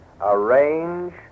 arrange